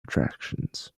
attractions